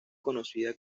conocida